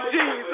Jesus